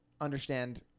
understand